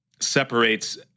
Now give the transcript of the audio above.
separates